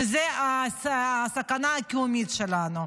וזו הסכנה הקיומית שלנו.